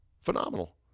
phenomenal